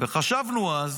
חשבנו אז,